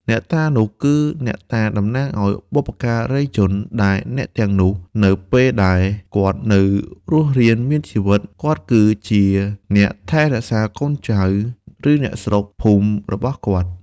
អ្នកតានោះគឺអ្នកតាតំណាងឲ្យបុព្វការីជន ដែលអ្នកទាំងនោះនៅពេលដែលគាត់នៅរស់រានមានជីវិតគាត់គឺជាអ្នកថែរក្សាកូនចៅឬអ្នកស្រុកភូមិរបស់គាត់។